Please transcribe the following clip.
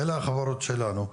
אלה החברות שלנו,